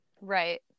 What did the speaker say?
Right